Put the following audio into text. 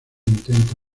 intento